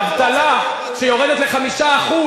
האבטלה שיורדת ל-5%,